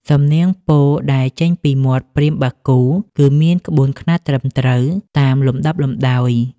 សំនៀងពោលដែលចេញពីមាត់ព្រាហ្មណ៍បាគូ គឺមានក្បួនខ្នាតត្រឹមត្រូវតាមលំដាប់លំដោយ។